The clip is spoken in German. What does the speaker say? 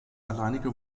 alleinige